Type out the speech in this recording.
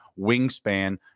wingspan